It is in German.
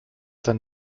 sein